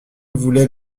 voulait